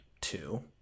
two